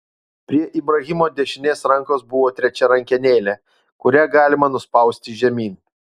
prie ibrahimo dešinės rankos buvo trečia rankenėlė kurią galima nuspausti žemyn